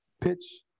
pitch